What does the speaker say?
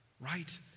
Right